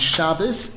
Shabbos